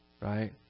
right